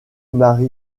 mary